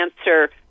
answer